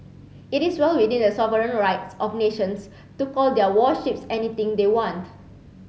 it is well within the sovereign rights of nations to call their warships anything they want